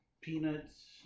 peanuts